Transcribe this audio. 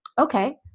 Okay